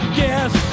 guess